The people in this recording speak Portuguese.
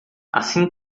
assim